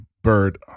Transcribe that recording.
Bird